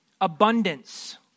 abundance